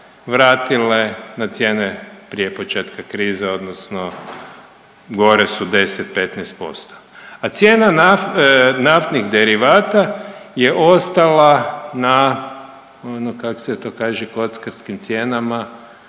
vratile na cijene prije početka krize odnosno gore su 10, 15%, a cijena naftnih derivata je ostala na ono kak se to kaže kockarskim cijenama